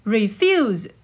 Refuse